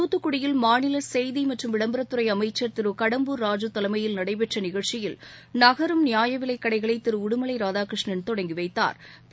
தூத்துக்குடியில் மாநில செய்தி விளம்பரத்துறை அமைச்சர் திரு கடம்பூர் ராஜூ தலைமையில் நடைபெற்ற நிகழ்ச்சியில் நகரும் நியாயவிலைக் கடைகளை திரு உடுமலை ராதாகிருஷ்ணன் தொடங்கி வைத்தாா்